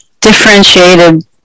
differentiated